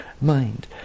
mind